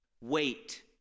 Wait